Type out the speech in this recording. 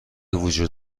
وجود